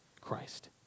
Christ